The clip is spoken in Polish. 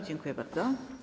Dziękuję bardzo.